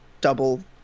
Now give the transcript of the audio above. double